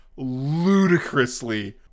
ludicrously